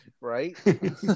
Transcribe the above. Right